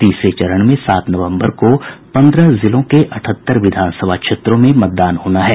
तीसरे चरण में सात नवम्बर को पन्द्रह जिलों के अठहत्तर विधानसभा क्षेत्रों में मतदान होना है